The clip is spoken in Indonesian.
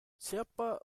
siapa